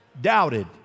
doubted